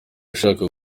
ashaka